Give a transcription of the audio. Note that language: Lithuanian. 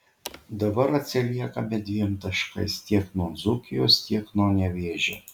dabar atsiliekame dviem taškais tiek nuo dzūkijos tiek nuo nevėžio